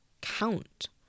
count